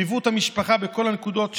הם ליוו את המשפחה בכל הנקודות.